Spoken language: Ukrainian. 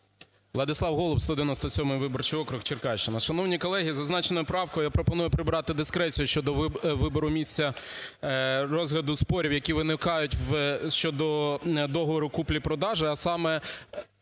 Владислав Голуб, 197 виборчий округ, Черкащина. Шановні колеги! Зазначеною правкою я пропоную прибратидискрецію щодо вибору місця розгляду спорів, які виникають щодо договору купівлі-продажу, а саме